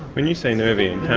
when you say nerve-ends,